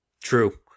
True